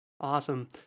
Awesome